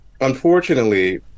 unfortunately